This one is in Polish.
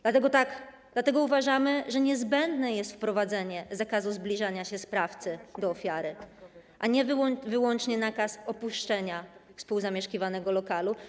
Dlatego uważamy, że niezbędne jest wprowadzenie zakazu zbliżania się sprawcy do ofiary, a nie wyłącznie nakazu opuszczenia współzamieszkiwanego lokalu.